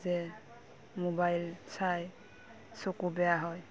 যে মোবাইল চাই চকু বেয়া হয়